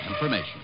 Information